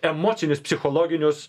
emocinius psichologinius